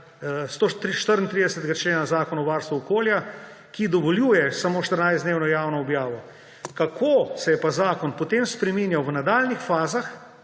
34.a člena Zakona o varstvu okolja, ki dovoljuje samo 14-dnevno javno objavo. Kako se je pa zakon potem spreminjal v nadaljnjih fazah,